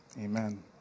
amen